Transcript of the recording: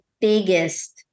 biggest